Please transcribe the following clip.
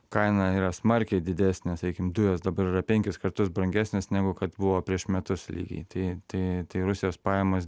kaina yra smarkiai didesnė sakykim dujos dabar yra penkis kartus brangesnės negu kad buvo prieš metus lygiai tai tai tai rusijos pajamos